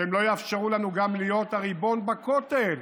שהם לא יאפשרו לנו גם להיות הריבון בכותל.